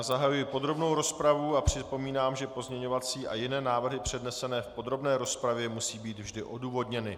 Zahajuji podrobnou rozpravu a připomínám, že pozměňovací a jiné návrhy přednesené v podrobné rozpravě musí být vždy odůvodněny.